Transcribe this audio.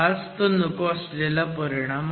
हाच तो नको असलेला परिणाम